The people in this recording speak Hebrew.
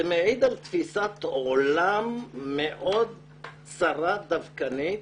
זה מעיד על תפיסת עולם מאוד צרה ודווקנית,